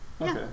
Okay